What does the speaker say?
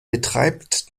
betreibt